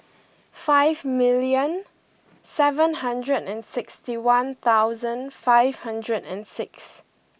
five milion seven hundred and sixty one thousand five hundred and six